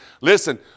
Listen